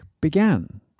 began